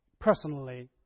personally